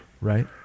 Right